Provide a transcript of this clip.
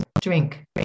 Drink